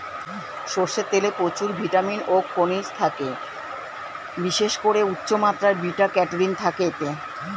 সরষের তেলে প্রচুর ভিটামিন ও খনিজ থাকে, বিশেষ করে উচ্চমাত্রার বিটা ক্যারোটিন থাকে এতে